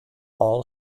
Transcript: all